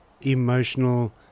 emotional